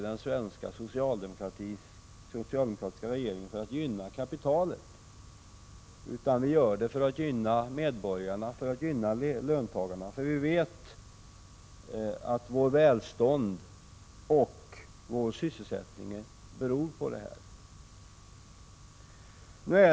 Den svenska socialdemokratiska regeringen föreslår naturligtvis inte dessa åtgärder för att gynna kapitalet utan för att gynna medborgarna, löntagarna. Vi vet att vårt välstånd och vår sysselsättning beror på detta agerande.